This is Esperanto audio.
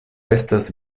estas